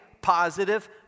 positive